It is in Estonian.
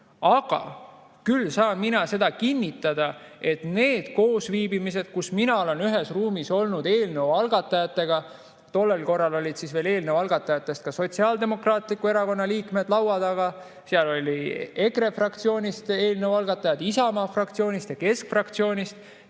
Aga küll saan mina seda kinnitada, et need koosviibimised, kus mina olen ühes ruumis olnud eelnõu algatajatega – siis olid veel eelnõu algatajatest ka Sotsiaaldemokraatliku Erakonna liikmed laua taga ja seal oli EKRE fraktsioonist eelnõu algatajaid, Isamaa fraktsioonist ja keskfraktsioonist